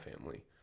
family